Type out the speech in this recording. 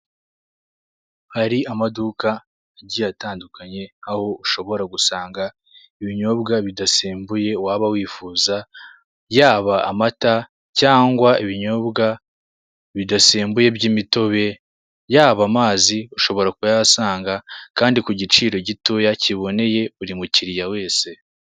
Hari amaduka agiye atandukanye aho ushobora gusanga ibinyobwa bidasembuye waba wifuza yaba amata cyangwa ibinyobwa bidasembuye, by'imitobe yaba amazi ushobora kuyasanga kandi ku giciro gitoya kiboneye buri mukiriya wese.